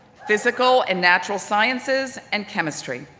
physical and natural sciences and chemistry.